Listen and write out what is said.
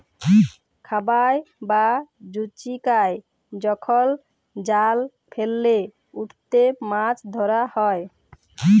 খাবাই বা জুচিকাই যখল জাল ফেইলে উটতে মাছ ধরা হ্যয়